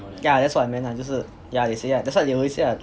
yeah that's what I meant lah 就是 yeah they say ah that's what they always say ah